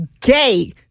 gay